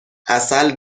عسل